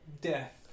death